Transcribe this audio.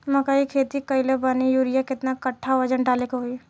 मकई के खेती कैले बनी यूरिया केतना कट्ठावजन डाले के होई?